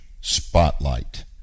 Spotlight